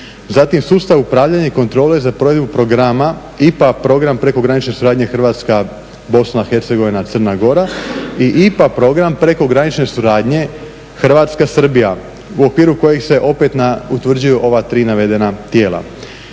Zatim sustav upravljanja kontrole za provedbu programa IPA program prekogranične suradnje Hrvatska, Bosna i Hercegovina, Crna Gora i IPA program prekogranične suradnje Hrvatska, Srbija u okviru kojih se opet utvrđuju ova tri navedena tijela.